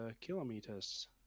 kilometers